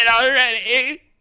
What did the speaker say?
already